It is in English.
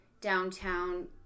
downtown